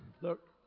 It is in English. Look